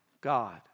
God